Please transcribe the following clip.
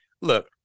look